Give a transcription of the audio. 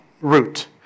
root